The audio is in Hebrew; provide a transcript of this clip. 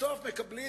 בסוף מקבלים.